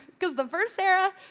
because the first sarah,